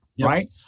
right